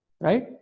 right